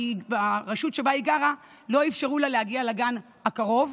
ברשות שבה היא גרה לא אפשרו לה להגיע לגן הקרוב,